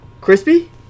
Crispy